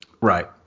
Right